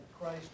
Christ